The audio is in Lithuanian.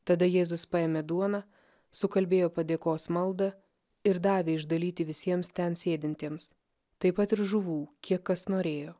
tada jėzus paėmė duoną sukalbėjo padėkos maldą ir davė išdalyti visiems ten sėdintiems taip pat ir žuvų kiek kas norėjo